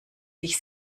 sich